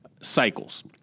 cycles